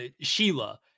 Sheila